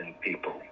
people